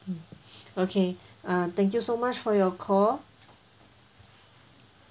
mm okay err thank you so much for your call